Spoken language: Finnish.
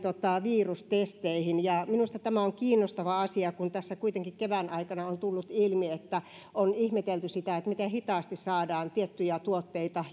virustesteihin minusta tämä on kiinnostava asia kun tässä kuitenkin kevään aikana on tullut ilmi ja on ihmetelty sitä miten hitaasti saadaan tiettyjä tuotteita